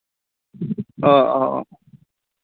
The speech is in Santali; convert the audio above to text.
ᱚ ᱚ